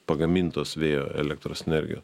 pagamintos vėjo elektros energijo